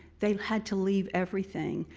they had to leave everything.